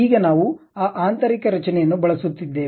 ಈಗ ನಾವು ಆ ಆಂತರಿಕ ರಚನೆಯನ್ನು ಬಳಸುತ್ತಿದ್ದೇವೆ